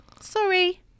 Sorry